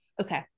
Okay